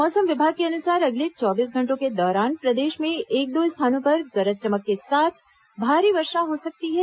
मौसम विभाग के अनुसार अगले चौबीस घंटों के दौरान प्रदेश में एक दो स्थानों पर गरज चमक के साथ भारी वर्षा हो सकती है